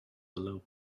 below